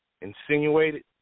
insinuated